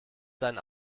seinen